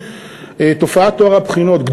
תופעת טוהר הבחינות,